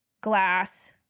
glass